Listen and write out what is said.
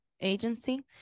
agency